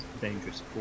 dangerous